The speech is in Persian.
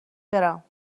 برم